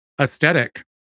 aesthetic